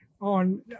on